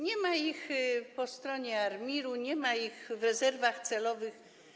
Nie ma ich po stronie ARiMR-u, nie ma ich w rezerwach celowych.